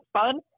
fun